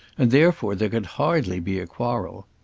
and therefore there could hardly be a quarrel.